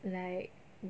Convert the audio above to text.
like